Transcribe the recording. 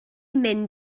mynd